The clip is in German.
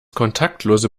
kontaktlose